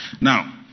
Now